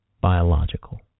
biological